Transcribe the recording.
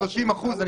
אנחנו